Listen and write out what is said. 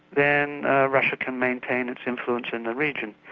then russia can maintain its influence in the region.